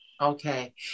Okay